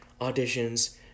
auditions